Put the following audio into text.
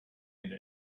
into